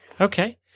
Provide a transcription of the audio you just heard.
okay